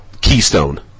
Keystone